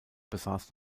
besaß